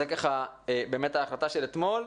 זה ככה באמת ההחלטה של אתמול.